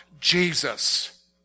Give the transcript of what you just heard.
Jesus